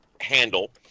handle